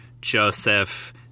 joseph